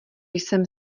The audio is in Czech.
jsem